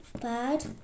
Bad